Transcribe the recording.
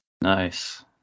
Nice